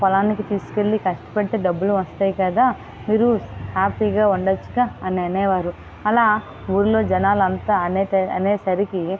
పొలానికి తీసుకు వెళ్ళి కష్టపడితే డబ్బులు వస్తాయి కదా మీరు హ్యాపీగా ఉండచ్చుగా అని అనేవారు అలా ఊళ్ళో జనాలంతా అనే అనేస అనేసరికి